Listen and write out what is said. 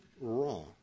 wrong